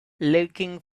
looking